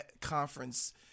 conference